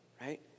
right